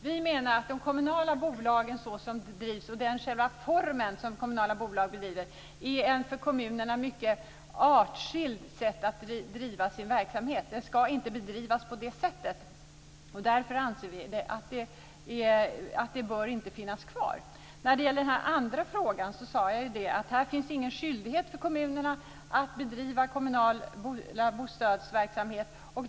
Fru talman! Vi menar att i den form som de kommunala bolagen bedrivs är ett för kommunerna mycket artskilt sätt att driva sin verksamhet. Den skall inte bedrivas på det sättet. Därför anser vi att den inte bör finnas kvar. I den andra frågan sade jag att det inte finns någon skyldighet för kommunerna att bedriva kommunal bostadsverksamhet.